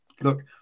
look